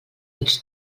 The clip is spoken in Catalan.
ens